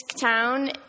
town